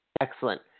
excellent